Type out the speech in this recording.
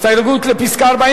הסתייגות 49,